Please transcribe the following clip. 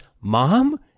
Mom